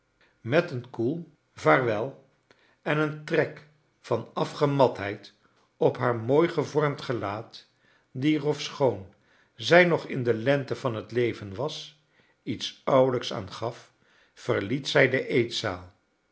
met een koel vaarwel en een trek van afgematheid op haar mooi gevormd gelaat die er ofschoon sij nog in de lente van het leven was iets ouwelijks aan gaf verliet zij de eetzaal